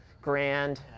grand